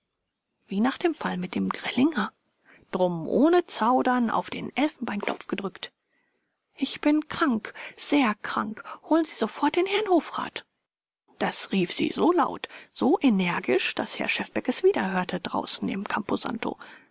wie nach dem fall mit dem grellinger drum ohne zaudern auf den elfenbeinknopf gedrückt ich bin krank sehr krank holen sie sofort den herrn hofrat das rief sie so laut so energisch daß herr schefbeck es wieder hörte draußen im